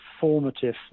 formative